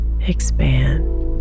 expand